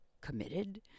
committed